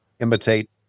imitate